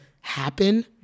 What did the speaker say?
happen